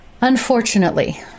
Unfortunately